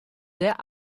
sehr